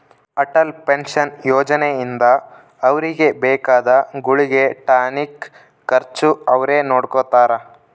Atal pension Yojana ಇಂದ ಅವ್ರಿಗೆ ಬೇಕಾದ ಗುಳ್ಗೆ ಟಾನಿಕ್ ಖರ್ಚು ಅವ್ರೆ ನೊಡ್ಕೊತಾರ